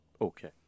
Okay